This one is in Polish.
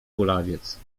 kulawiec